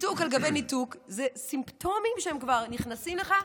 ניתוק על גבי ניתוק, אלה סימפטומים שנכנסים לך.